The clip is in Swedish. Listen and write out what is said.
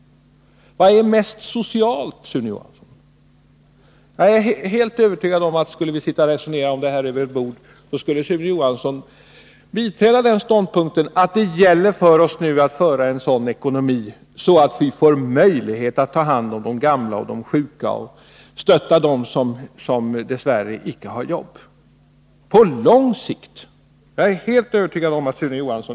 Vad menas med mest socialt, Sune Johansson? Om vi skulle sitta och resonera om det här över ett bord, så är jag helt övertygad om att Sune Johansson skulle biträda ståndpunkten att det långsiktigt gäller för oss att nu föra en sådan ekonomisk politik att vi får möjlighet att ta hand om de gamla och sjuka och att stötta dem som dess värre inte har något jobb.